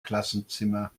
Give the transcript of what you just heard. klassenzimmer